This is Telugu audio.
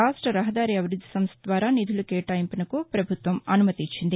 రాష్ట రహదారి అభివృద్ది సంస్ట ద్వారా నిధులు కేటాయింపునకు పభుత్వం అనుమతి ఇచ్చింది